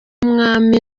umwami